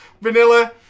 vanilla